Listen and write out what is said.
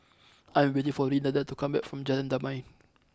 I am waiting for Renada to come back from Jalan Damai